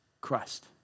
Christ